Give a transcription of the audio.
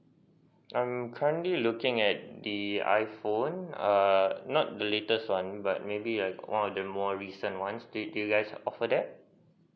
um currently I'm looking at the iphone err not the latest one but maybe more the more recent one do do you guys offer that